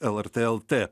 lrt lt